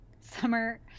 Summer